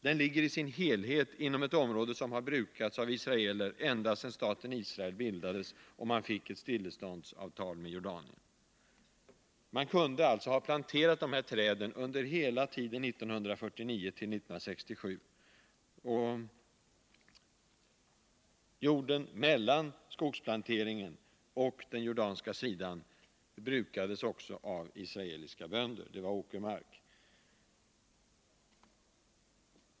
Den ligger i sin helhet inom ett område som har brukats av israeler ända sedan staten Israel bildades och man fick ett stilleståndsavtal med Jordanien. Man kunde alltså ha planterat dessa träd under hela tiden från 1949 till 1967. Jord mellan skogsplanteringen och den jordanska sidan brukades också av israeliska bönder. Det var åkermark.